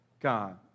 God